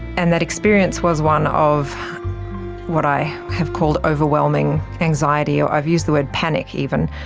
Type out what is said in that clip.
and that experience was one of what i have called overwhelming anxiety, ah i've used the word panic even,